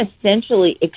essentially